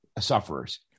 sufferers